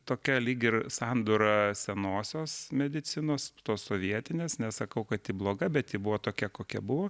tokia lyg ir sandūra senosios medicinos tos sovietinės nesakau kad ji bloga bet ji buvo tokia kokia buvo